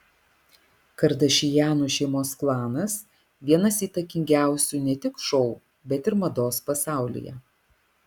kardašianų šeimos klanas vienas įtakingiausių ne tik šou bet ir mados pasaulyje